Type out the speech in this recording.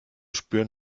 spüren